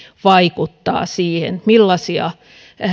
vaikuttavat siihen millaisia